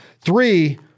Three